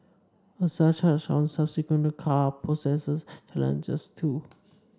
a surcharge on subsequent car poses challenges too